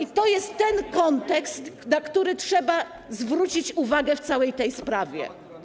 I to jest ten kontekst, na który trzeba zwrócić uwagę w całej tej sprawie.